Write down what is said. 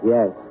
Yes